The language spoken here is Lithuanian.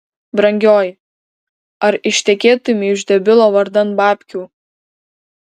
brangioji ar ištekėtumei už debilo vardan babkių